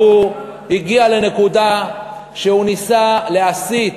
והוא הגיע לנקודה שהוא ניסה להסית.